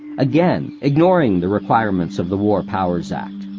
again ignoring the requirements of the war powers act.